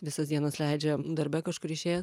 visas dienas leidžia darbe kažkur išėjęs